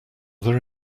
there